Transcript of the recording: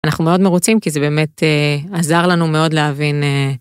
אנחנו מאוד מרוצים כי זה באמת עזר לנו מאוד להבין.